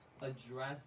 address